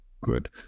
good